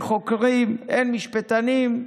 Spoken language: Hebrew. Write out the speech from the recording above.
אין חוקרים, אין משפטנים.